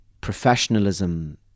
professionalism